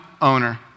owner